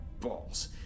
Balls